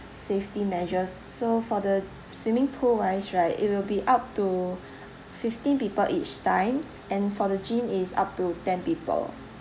safety measures so for the swimming pool wise right it will be up to fifteen people each time and for the gym is up to ten people